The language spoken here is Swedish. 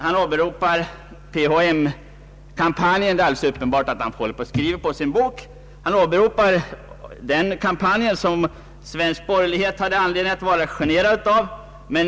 Han åberopar vidare PHM-kampanjen — det är alldeles uppenbart att han skriver på sin bok — och nämner att svensk borgerlighet hade anledning att vara generad över denna kampanj.